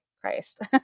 Christ